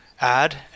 add